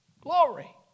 Glory